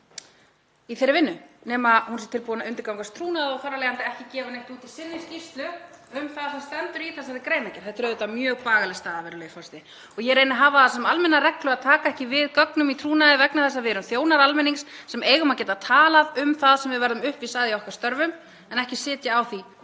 í þeirri vinnu nema hún sé tilbúin að undirgangast trúnað og gefa þar af leiðandi ekki neitt út í sinni skýrslu um það sem stendur í þessari greinargerð. Þetta er auðvitað mjög bagaleg staða, virðulegi forseti. Ég reyni að hafa það sem almenna reglu að taka ekki við gögnum í trúnaði vegna þess að við erum þjónar almennings sem eigum að geta talað um það sem við verðum vísari í okkar störfum en eigum ekki að sitja á því